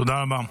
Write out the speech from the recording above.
תודה רבה.